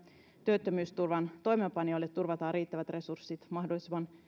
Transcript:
työttömyysturvan toimeenpanijoille turvataan riittävät resurssit mahdollisimman